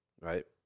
right